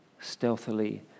stealthily